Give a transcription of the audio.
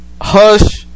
Hush